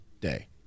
day